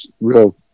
real